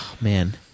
Man